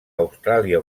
austràlia